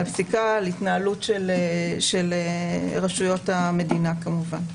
על פסיקה, על התנהלות של רשויות המדינה כמובן.